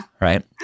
Right